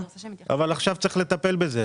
אבל עכשיו צריך לטפל בזה.